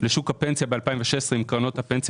לשוק הפנסיה בשנת 2016 עם קרנות הפנסיה